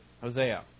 Hosea